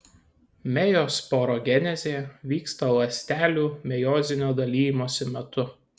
mejosporogenezė vyksta ląstelių mejozinio dalijimosi metu